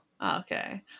Okay